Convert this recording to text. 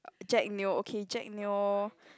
Jack-Neo okay Jack-Neo